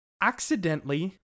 accidentally